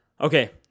Okay